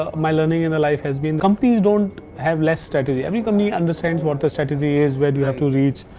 ah my learning in my life has been companies don't have less strategy. every company understands what the strategy is. where you have to reach.